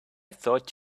thought